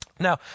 Now